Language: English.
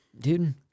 dude